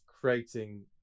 creating